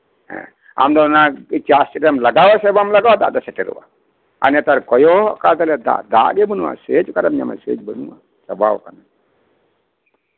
ᱦᱮᱸ ᱟᱢ ᱫᱚ ᱚᱱᱟ ᱪᱟᱥ ᱨᱮᱢ ᱞᱟᱜᱟᱣ ᱟᱥᱮ ᱵᱟᱝ ᱫᱟᱜ ᱫᱚ ᱥᱮᱴᱮᱨᱚᱜᱼᱟ ᱟᱨ ᱱᱮᱛᱟᱨ ᱠᱚᱭᱚᱜ ᱠᱟᱫᱟᱨᱮ ᱫᱟᱜ ᱜᱮ ᱵᱟᱹᱱᱩᱜᱼᱟ ᱥᱮᱪ ᱚᱠᱟᱨᱮᱢ ᱧᱟᱢᱟ ᱥᱮᱪ ᱵᱟᱹᱱᱩᱜᱼᱟ ᱪᱟᱵᱟ ᱟᱠᱟᱱᱟ